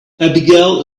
abigail